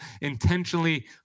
intentionally